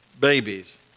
babies